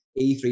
E3